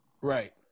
Right